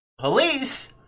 Police